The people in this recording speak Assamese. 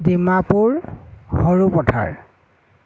ডিমাপুৰ সৰু পথাৰ